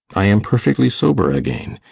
i am perfectly sober again,